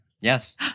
Yes